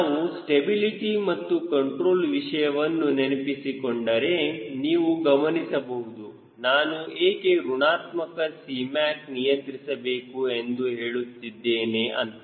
ನಾವು ಸ್ಟೆಬಿಲಿಟಿ ಮತ್ತು ಕಂಟ್ರೋಲ್ ವಿಷಯವನ್ನು ನೆನಪಿಸಿಕೊಂಡರೆ ನೀವು ಗಮನಿಸಬಹುದು ನಾನು ಏಕೆ ಋಣಾತ್ಮಕ Cmac ನಿಯಂತ್ರಿಸಬೇಕು ಎಂದು ಹೇಳುತ್ತಿದ್ದೇನೆ ಅಂತ